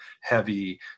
heavy